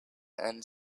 and